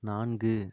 நான்கு